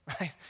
right